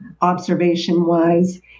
observation-wise